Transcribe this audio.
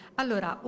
allora